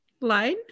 line